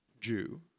Jew